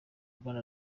rwanda